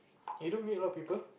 you don't meet a lot of people